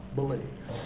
believes